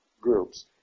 groups